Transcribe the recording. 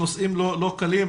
נושאים לא קלים.